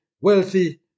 wealthy